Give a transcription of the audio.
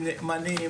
הם נאמנים,